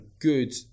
good